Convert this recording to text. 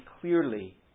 clearly